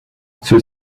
ceux